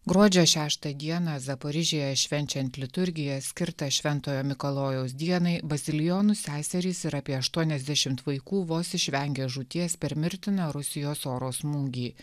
gruodžio šeštą dieną zaporižėje švenčiant liturgijai skirtą šventojo mikalojaus dienai bazilijonų seserys ir apie aštuoniasdešimt vaikų vos išvengė žūties per mirtiną rusijos oro smūgį